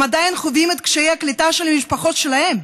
הם עדיין חווים את קשיי הקליטה של המשפחות שלהם.